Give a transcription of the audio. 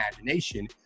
imagination